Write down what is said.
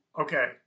Okay